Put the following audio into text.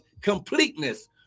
completeness